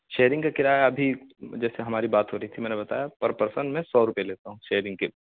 sharing کا کرایہ ابھی جیسے ہماری بات ہو رہی تھی میں نے بتایا پر پرسن میں سو روپئے لیتا ہوں شیئرنگ کے